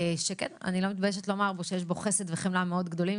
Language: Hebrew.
שכן אני לא מתביישת לומר שיש בו חסד וחמלה מאוד גדולים,